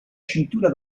cintura